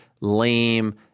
lame